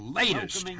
latest